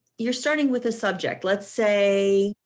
you're starting with a subject, let's say,